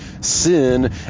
sin